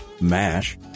mash